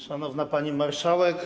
Szanowna Pani Marszałek!